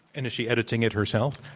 and is she editing it herself?